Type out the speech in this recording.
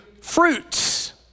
fruits